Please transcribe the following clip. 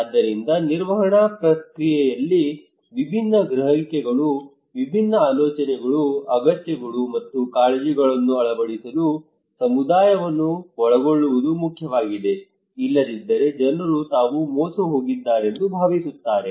ಆದ್ದರಿಂದ ನಿರ್ವಹಣಾ ಪ್ರಕ್ರಿಯೆಯಲ್ಲಿ ವಿಭಿನ್ನ ಗ್ರಹಿಕೆಗಳು ವಿಭಿನ್ನ ಆಲೋಚನೆಗಳು ಅಗತ್ಯಗಳು ಮತ್ತು ಕಾಳಜಿಗಳನ್ನು ಅಳವಡಿಸಲು ಸಮುದಾಯವನ್ನು ಒಳಗೊಳ್ಳುವುದು ಮುಖ್ಯವಾಗಿದೆ ಇಲ್ಲದಿದ್ದರೆ ಜನರು ತಾವು ಮೋಸ ಹೋಗಿದ್ದಾರೆಂದು ಭಾವಿಸುತ್ತಾರೆ